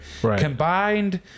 combined